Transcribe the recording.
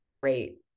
great